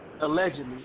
Allegedly